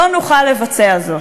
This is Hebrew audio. לא נוכל לבצע זאת.